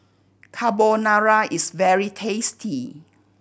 Carbonara is very tasty